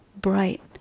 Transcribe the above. bright